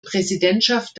präsidentschaft